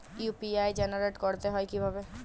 UPI generate করতে হয় কিভাবে?